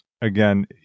again